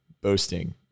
boasting